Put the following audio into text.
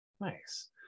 Nice